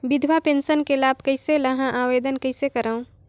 विधवा पेंशन के लाभ कइसे लहां? आवेदन कइसे करव?